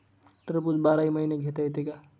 टरबूज बाराही महिने घेता येते का?